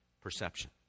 perception